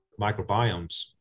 microbiomes